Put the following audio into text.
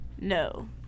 No